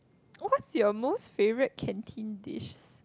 what's your most favourite canteen dish